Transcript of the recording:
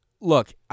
look